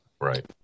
right